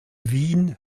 wien